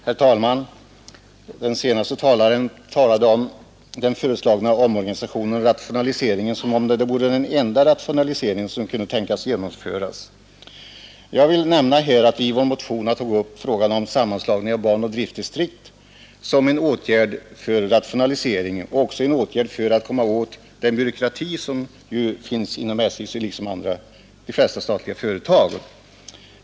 Herr talman! Den senaste talaren beskrev den föreslagna omorganisationen och rationaliseringen som om den vore den enda rationalisering som kunde tänkas bli genomförd. Jag vill nämna att vi i vår motion tagit upp frågan om sammanslagning av ban och driftdistrikt som en åtgärd för rationaliseringen och också en åtgärd för att komma åt den byråkrati som finns inom SJ liksom inom de flesta andra statliga företag.